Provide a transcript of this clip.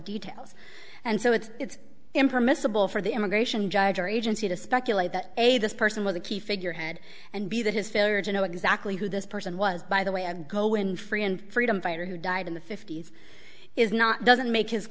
details and so it's impermissible for the immigration judge or agency to speculate that a this person was a key figurehead and b that his failure to know exactly who this person was by the way i go when free and freedom fighter who died in the fifty's is not doesn't make his